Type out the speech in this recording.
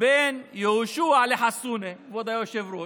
בין יהושע לחסונה, כבוד היושב-ראש?